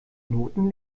noten